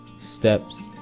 steps